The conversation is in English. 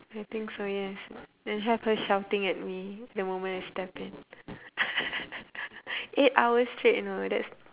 I think so yes and have her shouting at me the moment I step in eight hours straight you know that's